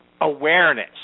awareness